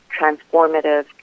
transformative